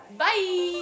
bye